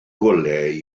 golau